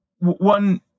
One